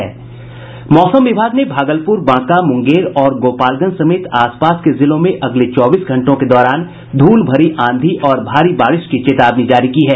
मौसम विभाग ने भागलपुर बांका मुंगेर और गोपालगंज समेत आसपास के जिलों में अगले चौबीस घंटों के दौरान घूल भरी आंधी और भारी बारिश की चेतावनी जारी की है